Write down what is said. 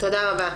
תודה רבה.